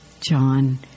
John